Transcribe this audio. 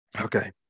Okay